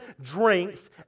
drinks